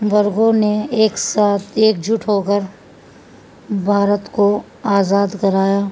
ورگوں نے ایک ساتھ ایکجٹ ہو کر بھارت کو آزاد کرایا